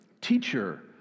teacher